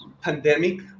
pandemic